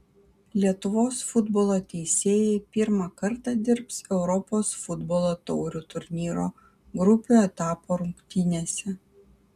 lietuvos futbolo teisėjai pirmą kartą dirbs europos futbolo taurių turnyro grupių etapo rungtynėse